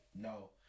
no